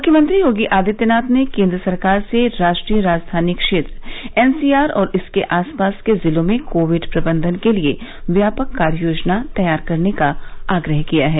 मुख्यमंत्री योगी आदित्यनाथ ने केंद्र सरकार से राष्ट्रीय राजधानी क्षेत्र एनसीआर और इसके आसपास के जिलों में कोविड प्रबंधन के लिए व्यापक कार्य योजना तैयार करने का आग्रह किया है